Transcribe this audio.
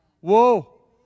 Whoa